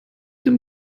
dem